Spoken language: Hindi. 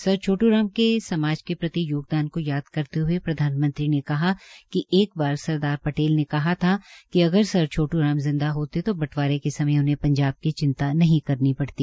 सर छोट् राम के समाज के प्रति योगदान को याद करते हए प्रधानमंत्री ने कहा कि एक बार सरदार पटेल ने कहा था कि अगर सर छोटू राम जिंदा होते तो बंटवारे के समय उन्हें पंजाब की चिंता नहीं करनी पड़ती